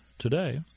today